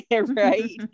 Right